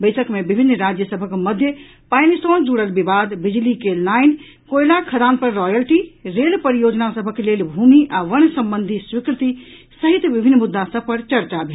बैसक मे विभिन्न राज्य सभक मध्य पानि सॅ जुड़ल विवाद बिजली के लाइन कोयला खदान पर रॉयल्टी रेल परियोजना सभक लेल भूमि आ वन संबंधी स्वीकृति सहित विभिन्न मुद्दा सभ पर चर्चा भेल